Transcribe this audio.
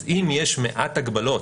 אז אם יש מעט הגבלות,